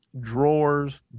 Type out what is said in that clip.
drawers